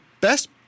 best